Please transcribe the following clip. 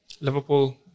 Liverpool